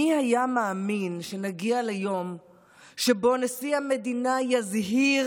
מי היה מאמין שנגיע ליום שבו נשיא המדינה יזהיר